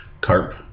Carp